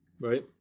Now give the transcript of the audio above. right